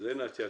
מפתיע אותי.